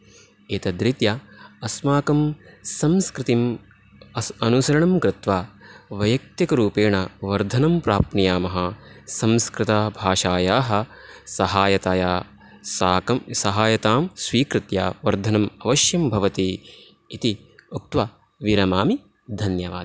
एतद्रीत्या अस्माकम् संस्कृतिं अनुसरनम् कृत्वा वैयक्तिकरूपेण वर्धनं प्रप्नुयामः संस्कृतभाषायाः सहायताया साकं सहायतां स्वीकृत्य वर्धनं अवश्यं भवति इति उक्त्वा विरमामि धन्यवादः